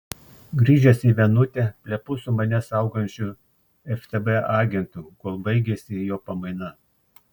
grįžęs į vienutę plepu su mane saugančiu ftb agentu kol baigiasi jo pamaina